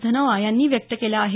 धनोआ यांनी व्यक्त केला आहे